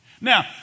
Now